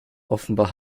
offenbar